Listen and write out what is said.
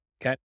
Okay